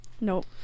Nope